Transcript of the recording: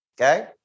okay